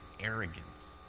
arrogance